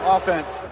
Offense